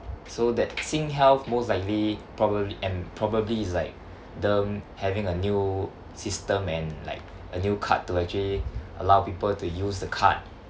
so that SingHealth most likely probably and probably is like them having a new system and like a new card to actually allow people to use the card